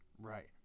Right